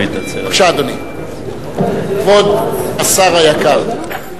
בבקשה, אדוני, כבוד השר היקר.